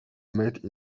made